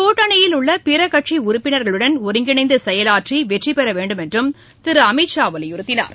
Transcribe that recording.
கூட்டணியில் உள்ள பிற கட்சி உறுப்பினர்களுடன் ஒருங்கிணைந்து செயலாற்றி வெற்றி பெற வேண்டும் என்று திரு அமித்ஷா வலியுறுத்தினார்